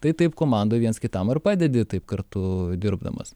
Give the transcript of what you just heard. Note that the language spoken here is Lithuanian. tai taip komandoj viens kitam ir padedi taip kartu dirbdamas